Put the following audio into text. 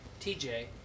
TJ